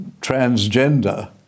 transgender